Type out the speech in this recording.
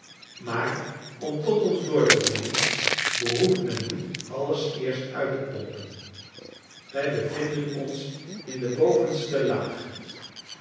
maar om tot ons door te dringen behoeft men niet alles eerst uit te pompen wij bevinden ons in de bovenste laag